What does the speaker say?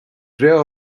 breá